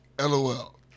LOL